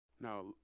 Now